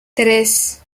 tres